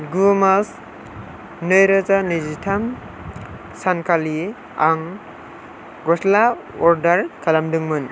गु मार्च नैरोजा नैजिथाम सानखालि आं गस्ला अर्दार खालामदोंमोन